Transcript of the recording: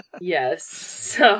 Yes